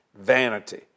vanity